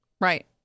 Right